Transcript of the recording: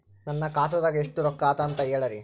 ನನ್ನ ಖಾತಾದಾಗ ಎಷ್ಟ ರೊಕ್ಕ ಅದ ಅಂತ ಹೇಳರಿ?